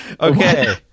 Okay